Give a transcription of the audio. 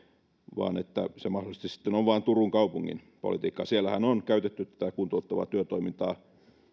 vaan että se mahdollisesti sitten on vain turun kaupungin politiikkaa siellähän on käytetty tätä kuntouttavaa työtoimintaa